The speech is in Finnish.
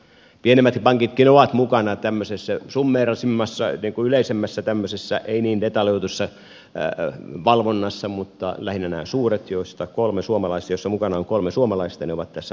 pienemmätkin pankit ovat mukana tämmöisessä summaarisemmassa niin kuin tämmöisessä yleisemmässä ei niin detaljoidussa valvonnassa mutta lähinnä nämä suuret mukana on kolme suomalaista ovat tässä valvontajärjestelmässä mukana